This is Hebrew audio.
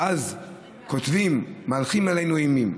ואז כותבים: מהלכים עלינו אימים.